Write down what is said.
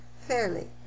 fairly